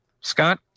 Scott